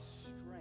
strength